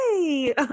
Yay